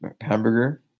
hamburger